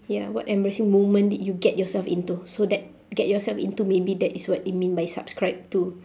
ya what embarrassing moment did you get yourself into so that get yourself into maybe that is what it mean by subscribe to